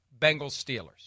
Bengals-Steelers